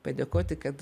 padėkoti kad